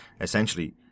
essentially